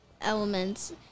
elements